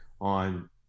on